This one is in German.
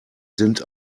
sind